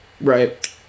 Right